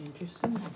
Interesting